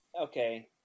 Okay